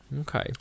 okay